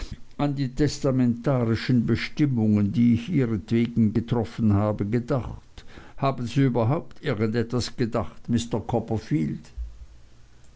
an die testamentarischen bestimmungen die ich ihretwegen getroffen habe gedacht haben sie überhaupt irgend etwas gedacht mr copperfield